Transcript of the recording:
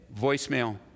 Voicemail